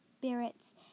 spirits